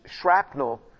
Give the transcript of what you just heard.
shrapnel